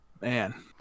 Man